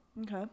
Okay